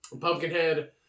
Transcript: Pumpkinhead